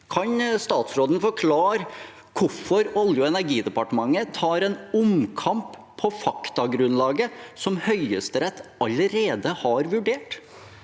Kan statsråden forklare hvorfor Olje- og energidepartementet tar omkamp på faktagrunnlaget som Høyesterett allerede har vurdert?